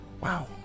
Wow